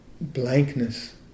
blankness